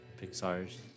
Pixar's